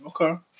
Okay